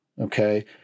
okay